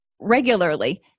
regularly